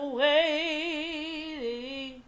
waiting